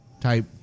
type